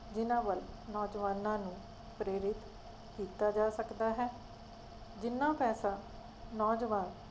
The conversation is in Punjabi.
ਜਿਹਨਾਂ ਵੱਲ ਨੌਜਵਾਨਾਂ ਨੂੰ ਪ੍ਰੇਰਿਤ ਕੀਤਾ ਜਾ ਸਕਦਾ ਹੈ ਜਿੰਨਾਂ ਪੈਸਾ ਨੌਜਵਾਨ